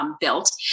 built